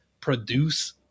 produce